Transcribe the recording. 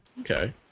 Okay